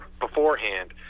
beforehand